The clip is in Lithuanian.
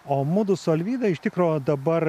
o mudu su alvyda iš tikro dabar